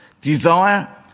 desire